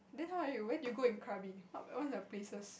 then how you where did you go and Krabi what's your places